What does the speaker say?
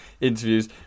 interviews